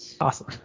awesome